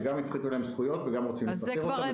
שגם הפחיתו להם זכויות וגם רוצים לפטר אותם.